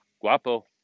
guapo